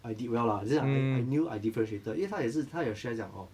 I did well lah 我是讲 I I knew I differentiated 因为他也是他也 share 讲 orh